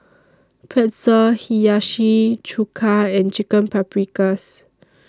Pretzel Hiyashi Chuka and Chicken Paprikas